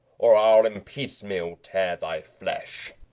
or i'll in piece-meal tear thy flesh.